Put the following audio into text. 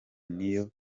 niyo